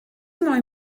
moyn